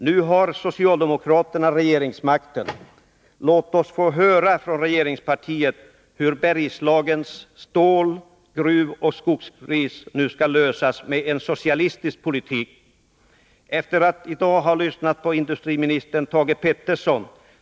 Nu har socialdemokraterna regeringsmakten. Låt oss få höra från regeringspartiet hur Bergslagens stål-, gruvoch skogskris nu skall lösas med en socialistisk politik. Jag har i dag lyssnat till industriministern Thage Peterson.